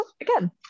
again